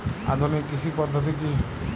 আধুনিক কৃষি পদ্ধতি কী?